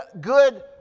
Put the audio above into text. good